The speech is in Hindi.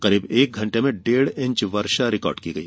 करीब एक घंट में डेढ़ इंच वर्षा रिकार्ड की गई